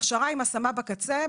הכשרה עם השמה בקצה,